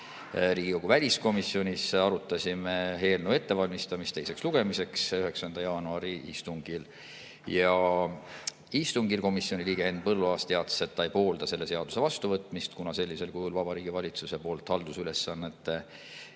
Riigikogu väliskomisjonis arutasime eelnõu ettevalmistamist teiseks lugemiseks 9. jaanuari istungil. Istungil komisjoni liige Henn Põlluaas teatas, et ta ei poolda selle seaduse vastuvõtmist, kuna sellisel kujul Vabariigi Valitsuse poolt haldusülesannete